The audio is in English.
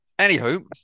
Anywho